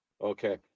Okay